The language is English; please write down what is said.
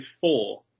four